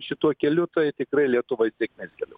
šituo keliu tai tikrai lietuvai sėkmės keliu